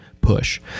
push